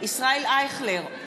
ישראל אייכלר,